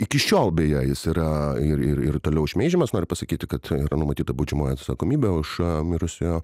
iki šiol beje jis yra ir ir ir toliau šmeižiamas noriu pasakyt kad yra numatyta baudžiamoji atsakomybė už mirusiojo